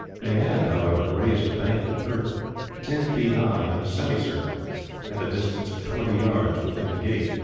they had, however, raised a bank of earth ten feet high in a semicircle at a distance of twenty yards within the gate.